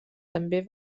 també